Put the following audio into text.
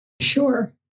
Sure